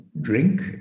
drink